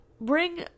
bring